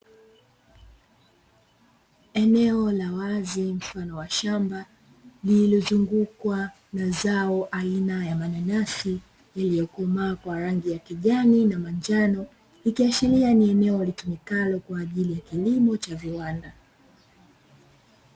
Eneo la wazi mfano wa shamba, lililozungukwa na zao aina ya mananasi yaliyokomaa kwa rangi ya kijani na manjano, ikiashiria ni eneo litumikalo kwaajili ya kilimo cha viwanda.